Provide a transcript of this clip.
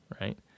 right